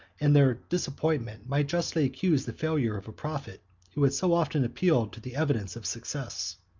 and their disappointment might justly accuse the failure of a prophet who had so often appealed to the evidence of success.